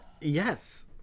Yes